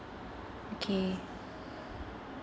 okay